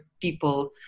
people